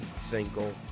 single